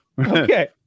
Okay